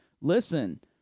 listen